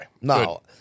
No